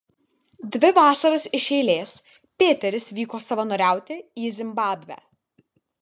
dvi vasaras iš eilės pėteris vyko savanoriauti į zimbabvę